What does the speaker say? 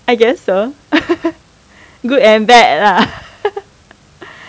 I guess so good and bad lah